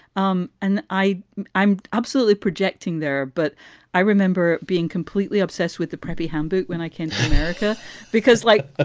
um and i i'm absolutely projecting there. but i remember being completely obsessed with the preppy handbook when i can america, because, like, ah